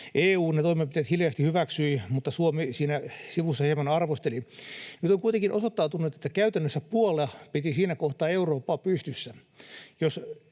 ne toimenpiteet hiljaisesti hyväksyi, mutta Suomi siinä sivussa hieman arvosteli. Nyt on kuitenkin osoittautunut, että käytännössä Puola piti siinä kohtaa Eurooppa pystyssä.